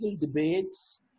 debates